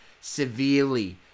severely